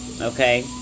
Okay